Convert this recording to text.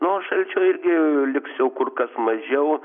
na o šalčio irgi liks jau kur kas mažiau